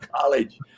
college